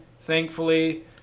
thankfully